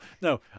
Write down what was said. No